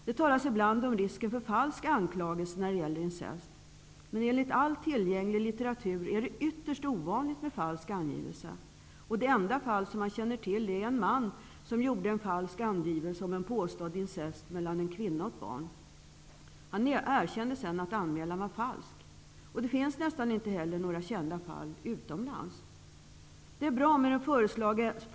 Det talas ibland om risken för falsk anklagelse när det gäller incest. Men enligt all tillgänglig litteratur är det ytterst ovanligt med falsk angivelse. Det enda fall som man känner till är en man, som gjorde en falsk angivelse om en påstådd incest mellan en kvinna och ett barn. Han erkände sedan att anmälan var falsk. Det finns nästan inte heller några kända fall utomlands. föräldrabalken är bra.